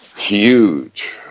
Huge